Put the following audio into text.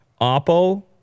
Oppo